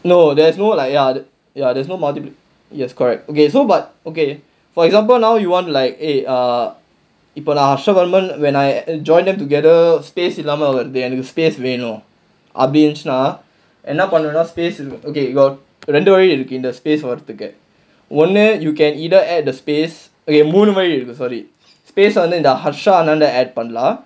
no there's no like ya ya there's no multiple yes correct okay so but okay for example now you want like err இப்போ நான் Harshal Varman naan harsha varman when I joined them together space இல்லாம வருது எனக்கு:illaama varuthu enakku space வேணும் அப்டி இருந்துச்சுன்னா என்ன பண்ணனும்னா:venum apdi irunthuchunaa enna pannanumnaa space okay ரெண்டு வழி இருக்கு இந்த:rendu vazhi irukku intha space வரதுக்கு ஒன்னு:varathukku onnu you can either add the space okay மூணு வழி இருக்கு:moonu vazhi irukku sorry space ah வந்து ஹர்ஷல் வந்து:vanthu harsha vanthu add பண்ணலாம்:pannalaam